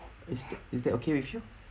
is that is that okay with you